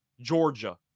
Georgia